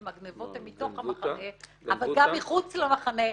הגניבות הן מתוך המחנה אבל גם מחוץ למחנה,